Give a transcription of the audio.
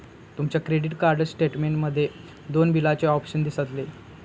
तुमच्या credit card statement मध्ये दोन बिलाचे ऑप्शन दिसतले